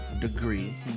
degree